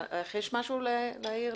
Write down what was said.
לך יש משהו להעיר?